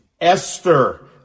Esther